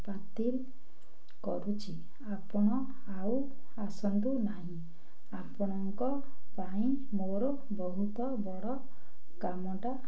ବାତିଲ କରୁଛି ଆପଣ ଆଉ ଆସନ୍ତୁ ନାହିଁ ଆପଣଙ୍କ ପାଇଁ ମୋର ବହୁତ ବଡ଼ କାମଟା